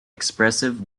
expressive